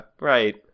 right